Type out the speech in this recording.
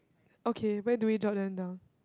okay where do we drop them down